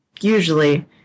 usually